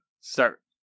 start